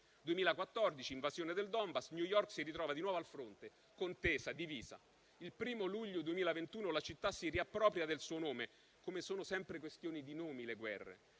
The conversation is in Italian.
2014, con l'invasione del Donbass, New York si ritrova di nuovo al fronte, contesa, divisa. Il primo luglio 2021 la città si riappropria del suo nome. Sono sempre questioni di nomi, le guerre.